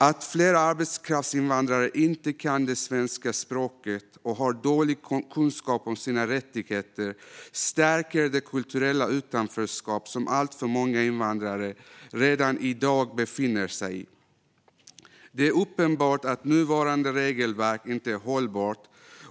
Att flera arbetskraftsinvandrare inte kan det svenska språket och har dålig kunskap om sina rättigheter stärker det kulturella utanförskap som alltför många invandrare redan i dag befinner sig i. Det är uppenbart att nuvarande regelverk inte är hållbart.